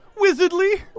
Wizardly